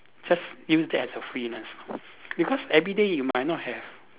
just use that as a freelance because everyday you might not have